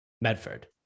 Medford